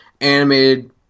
animated